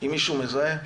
אם מישהו מזהה,